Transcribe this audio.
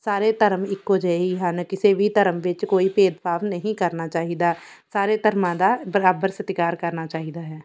ਸਾਰੇ ਧਰਮ ਇੱਕੋ ਜਿਹੇ ਹੀ ਹਨ ਕਿਸੇ ਵੀ ਧਰਮ ਵਿੱਚ ਕੋਈ ਭੇਦਭਾਵ ਨਹੀਂ ਕਰਨਾ ਚਾਹੀਦਾ ਸਾਰੇ ਧਰਮਾਂ ਦਾ ਬਰਾਬਰ ਸਤਿਕਾਰ ਕਰਨਾ ਚਾਹੀਦਾ ਹੈ